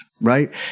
right